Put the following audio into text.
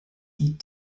die